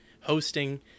hosting